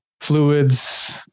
fluids